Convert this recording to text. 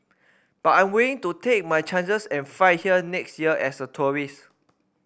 but I'm willing to take my chances and fly here next year as a tourist